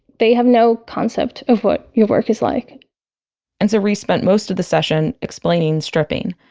they have no concept of what your work is like and so reese spent most of the session explaining stripping.